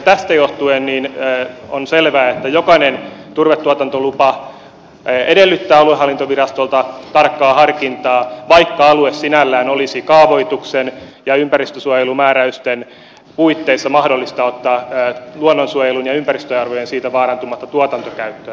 tästä johtuen on selvää että jokainen turvetuotantolupa edellyttää aluehallintovirastolta tarkkaa harkintaa vaikka alue sinällään olisi kaavoituksen ja ympäristönsuojelumääräysten puitteissa mahdollista ottaa luonnonsuojelun ja ympäristöarvojen siitä vaarantumatta tuotantokäyttöön